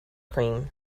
cream